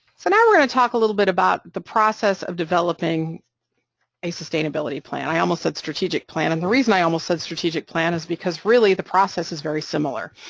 so now i want to talk a little bit about the process of developing a sustainability plan, i almost said strategic plan, and the reason i almost said strategic plan is because, really, the process is very similar,